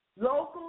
local